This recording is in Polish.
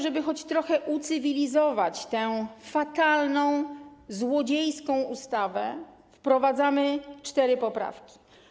Żeby choć trochę ucywilizować tę fatalną, złodziejską ustawę, wprowadzamy cztery poprawki.